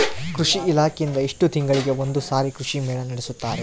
ಕೃಷಿ ಇಲಾಖೆಯಿಂದ ಎಷ್ಟು ತಿಂಗಳಿಗೆ ಒಂದುಸಾರಿ ಕೃಷಿ ಮೇಳ ನಡೆಸುತ್ತಾರೆ?